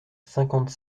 cinquante